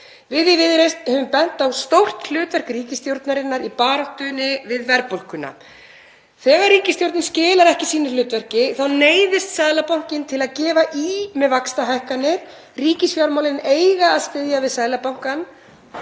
Við í Viðreisn höfum bent á stórt hlutverk ríkisstjórnarinnar í baráttunni við verðbólguna. Þegar ríkisstjórnin skilar ekki sínu hlutverki þá neyðist Seðlabankinn til að gefa í með vaxtahækkanir. Ríkisfjármálin eiga að styðja við Seðlabankann